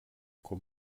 komm